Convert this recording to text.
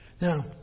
Now